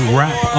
Wrap